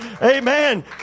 Amen